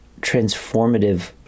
transformative